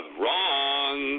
wrong